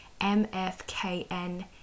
mfkn